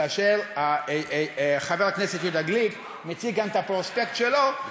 כאשר חבר הכנסת יהודה גליק מציג כאן את הפרוספקט שלו,